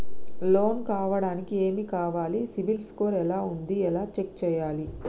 Loan కావడానికి ఏమి కావాలి సిబిల్ స్కోర్ ఎలా ఉంది ఎలా చెక్ చేయాలి?